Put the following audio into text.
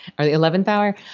or the eleventh hour.